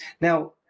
Now